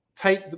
take